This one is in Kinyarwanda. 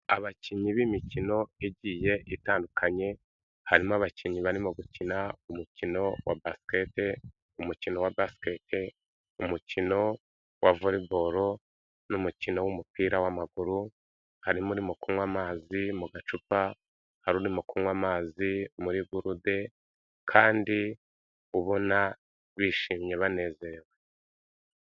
Abakinnyi b'imikino igiye itandukanye, harimo abakinnyi barimo gukina umukino wa basikete, umukino wa voriboro, n'umukino w'umupira w'amaguru harimo urimo kunywa amazi mu gacupa, hari urimo kunywa amazi muri gurude, kandi ubona bishimye banezerewe.